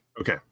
okay